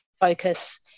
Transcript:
focus